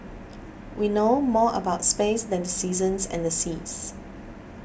we know more about space than the seasons and the seas